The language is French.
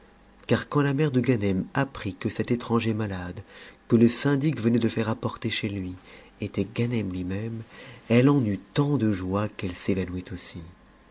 car quand la mère de ganem apprit que cet étranger malade que le syndic venait de faire apporter chez lui était g nem lui-même elle en eut tantd joie qu'elle s'évanouit aussi